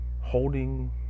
holding